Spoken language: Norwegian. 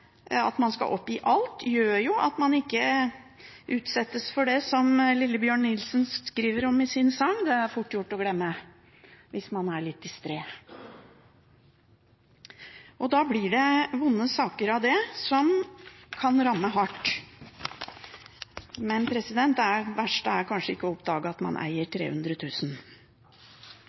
oppgi alt, gjør at man ikke utsettes for det som Lillebjørn Nilsen skriver om i sin sang: Det er fort gjort å glemme, hvis man er litt distré. – Da blir det vonde saker av det, som kan ramme hardt. Men det verste er kanskje ikke å oppdage at man eier